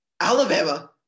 Alabama